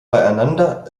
beieinander